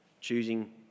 choosing